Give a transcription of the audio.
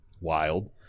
wild